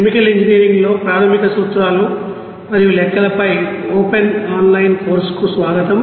chemical engineering లో ప్రాథమిక సూత్రాలు మరియు లెక్కలపై ఓపెన్ ఆన్ లైన్ కోర్సుకు స్వాగతం